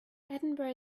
edinburgh